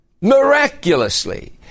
Miraculously